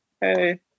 hey